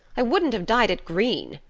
i wouldn't have dyed it green.